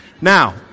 Now